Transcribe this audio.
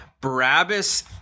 Barabbas